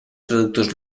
traductors